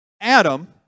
Adam